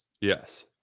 Yes